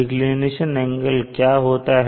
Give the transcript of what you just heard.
declination angle क्या होता है